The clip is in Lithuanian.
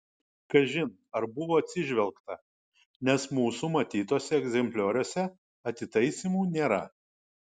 kažin ar buvo atsižvelgta nes mūsų matytuose egzemplioriuose atitaisymų nėra